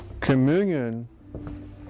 Communion